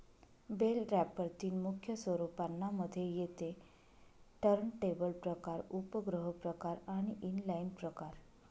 bell wrapper तीन मुख्य स्वरूपांना मध्ये येते टर्नटेबल प्रकार, उपग्रह प्रकार आणि इनलाईन प्रकार